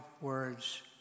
words